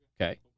Okay